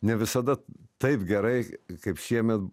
ne visada taip gerai kaip šiemet